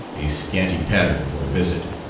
a scanty pattern for a visit.